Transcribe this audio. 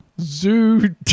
Zoo